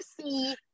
see